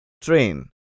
Train